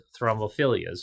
thrombophilias